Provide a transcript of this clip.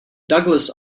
douglas